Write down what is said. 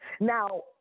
Now